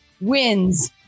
wins